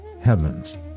heavens